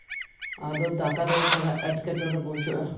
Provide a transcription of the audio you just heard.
ᱟᱫᱚ ᱫᱟᱠᱟᱨᱮ ᱛᱷᱚᱲᱟ ᱮᱸᱴᱠᱮᱴᱚᱬᱮ ᱵᱩᱡᱷᱟᱹᱜᱼᱟ